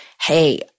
hey